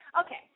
Okay